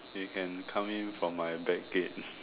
you can come in from my back gate